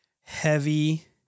heavy